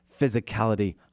physicality